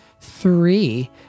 three